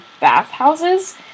bathhouses